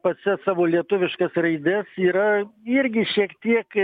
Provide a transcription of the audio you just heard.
pase savo lietuviškas raides yra irgi šiek tiek